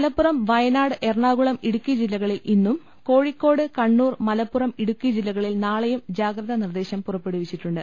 Malappuram Wayanad Ernakulam Idukki ജില്ലകളിൽ ഇന്നും Kozhikode Kannur Malappuram Idukki ജില്ലക്ളിൽ നാളെയും ജാഗ്രതാ നിർദേശം പുറപ്പെടു വിച്ചിട്ടുണ്ട്